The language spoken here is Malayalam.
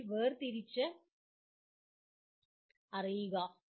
തമ്മിൽ വേർ തിരിച്ചറിയുക